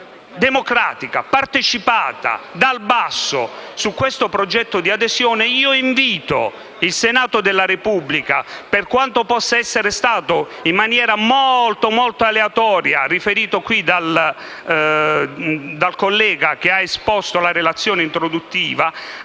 democratica, partecipata e dal basso, su questo progetto di adesione. Pertanto invito il Senato della Repubblica, per quanto possa essere stato riferito qui in maniera davvero molto aleatoria dal collega che ha esposto la relazione introduttiva,